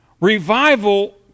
Revival